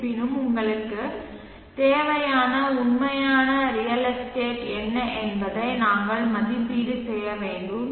இருப்பினும் உங்களுக்குத் தேவையான உண்மையான ரியல் எஸ்டேட் என்ன என்பதை நாங்கள் மதிப்பீடு செய்ய வேண்டும்